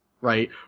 right